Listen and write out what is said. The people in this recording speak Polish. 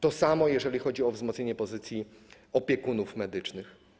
To samo, jeżeli chodzi o wzmocnienie pozycji opiekunów medycznych.